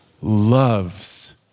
loves